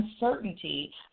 uncertainty